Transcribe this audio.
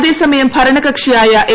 അതേസമയം ഭരണകക്ഷിയായ എ